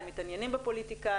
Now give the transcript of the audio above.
הם מתעניינים בפוליטיקה,